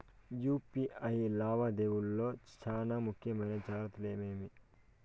UPI లావాదేవీల లో చానా ముఖ్యమైన జాగ్రత్తలు ఏమేమి?